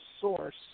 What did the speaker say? source